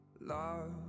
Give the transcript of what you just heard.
Love